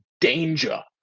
Danger